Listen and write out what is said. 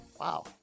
Wow